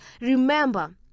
remember